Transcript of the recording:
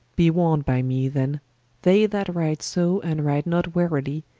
be warn'd by me then they that ride so, and ride not warily,